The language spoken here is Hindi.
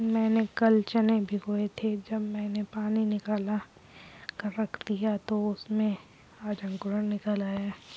मैंने कल चने भिगोए थे जब मैंने पानी निकालकर रख दिया तो उसमें आज अंकुर निकल आए